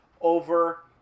over